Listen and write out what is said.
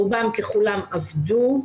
רובם ככולם עבדו.